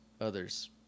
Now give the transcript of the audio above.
others